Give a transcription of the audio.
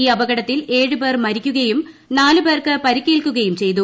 ഈ അപകടത്തിൽ ഏഴ് പേർ മരിക്കുകയും നാല് പേർക്ക് പരിക്കേൽക്കുകയും ചെയ്തു